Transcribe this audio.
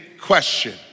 question